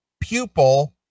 pupil